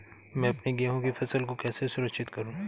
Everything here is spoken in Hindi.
मैं अपनी गेहूँ की फसल को कैसे सुरक्षित करूँ?